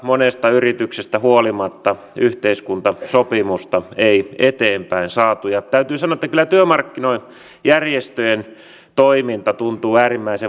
nimittäin tämä vienti on jäänyt viime aikoina aivan liian vähälle huomiolle ja tilanne on huolestuttava